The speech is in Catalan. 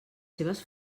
seves